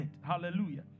Hallelujah